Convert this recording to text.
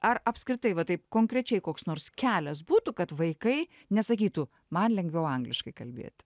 ar apskritai va taip konkrečiai koks nors kelias būtų kad vaikai nesakytų man lengviau angliškai kalbėti